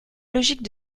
logique